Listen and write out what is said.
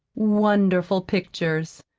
wonderful pictures.